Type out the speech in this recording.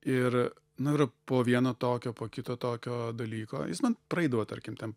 ir nu ir po vieno tokio po kito tokio dalyko jis man praeidavo tarkim ten